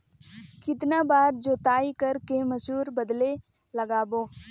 कितन बार जोताई कर के मसूर बदले लगाबो?